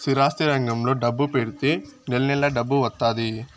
స్థిరాస్తి రంగంలో డబ్బు పెడితే నెల నెలా డబ్బు వత్తాది